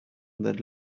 that